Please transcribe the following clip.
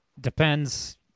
Depends